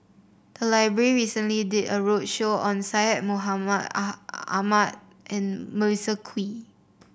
the library recently did a roadshow on Syed Mohamed Ahmed and Melissa Kwee